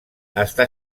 està